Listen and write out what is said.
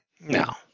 No